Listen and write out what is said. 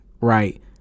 right